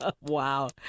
wow